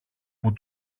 που